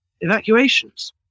evacuations